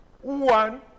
one